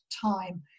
time